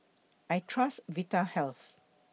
I Trust Vitahealth